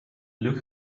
look